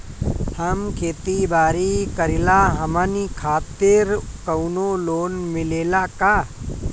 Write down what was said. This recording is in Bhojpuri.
हम खेती बारी करिला हमनि खातिर कउनो लोन मिले ला का?